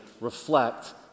reflect